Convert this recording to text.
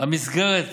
המסגרת